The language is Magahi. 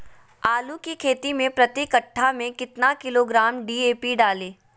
आलू की खेती मे प्रति कट्ठा में कितना किलोग्राम डी.ए.पी डाले?